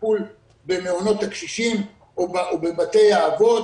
הטיפול במעונות הקשישים או בבתי האבות,